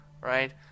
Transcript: right